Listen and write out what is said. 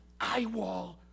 eyewall